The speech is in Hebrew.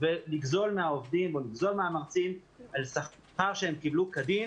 ולגזור מהעובדים או לגזול מהמרצים על שכר שהם קיבלו כדין